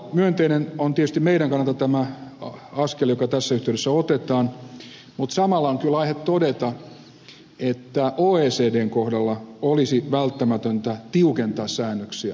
myönteinen on tietysti meidän kannalta tämä askel joka tässä yhteydessä otetaan mutta samalla on kyllä aihe todeta että oecdn kohdalla olisi välttämätöntä tiukentaa säännöksiä